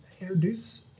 introduce